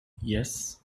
yes